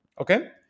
okay